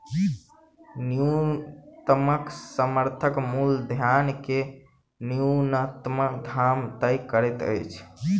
न्यूनतम समर्थन मूल्य धान के न्यूनतम दाम तय करैत अछि